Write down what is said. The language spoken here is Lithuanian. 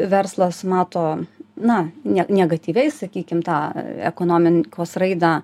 verslas mato na ne negatyviai sakykim tą ekonomin kos raidą